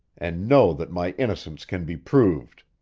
and know that my innocence can be proved,